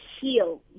heal